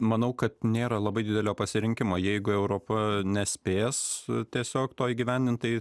manau kad nėra labai didelio pasirinkimo jeigu europa nespės tiesiog to įgyvendint tai